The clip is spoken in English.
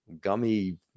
gummy